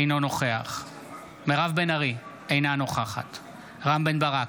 אינו נוכח מירב בן ארי, אינה נוכחת רם בן ברק,